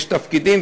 יש תפקידים,